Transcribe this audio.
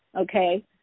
Okay